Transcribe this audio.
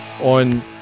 on